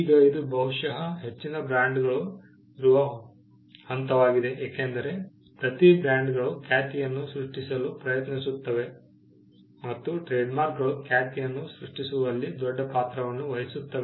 ಈಗ ಇದು ಬಹುಶಃ ಹೆಚ್ಚಿನ ಬ್ರ್ಯಾಂಡ್ಗಳು ಇರುವ ಹಂತವಾಗಿದೆ ಏಕೆಂದರೆ ಪ್ರತಿ ಬ್ರ್ಯಾಂಡ್ಗಳು ಖ್ಯಾತಿಯನ್ನು ಸೃಷ್ಟಿಸಲು ಪ್ರಯತ್ನಿಸುತ್ತವೆ ಮತ್ತು ಟ್ರೇಡ್ಮಾರ್ಕ್ಗಳು ಖ್ಯಾತಿಯನ್ನು ಸೃಷ್ಟಿಸುವಲ್ಲಿ ದೊಡ್ಡ ಪಾತ್ರವನ್ನು ವಹಿಸುತ್ತವೆ